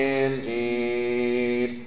indeed